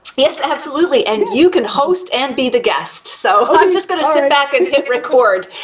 yes, absolutely and you can host and be the guest. so i'm just going to sit back and hit record.